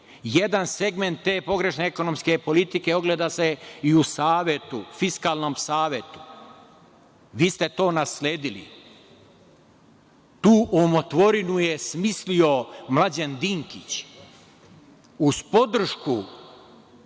segment te pogrešne ekonomske politike ogleda se i u Fiskalnom savetu. Vi ste to nasledili. Tu umotvorinu je smislio Mlađan Dinkić, uz svesrdnu